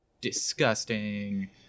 disgusting